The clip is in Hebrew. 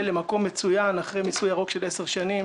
למקום מצוין אחרי מיסוי ירוק של עשר שנים,